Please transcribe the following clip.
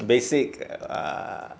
basic err